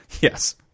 Yes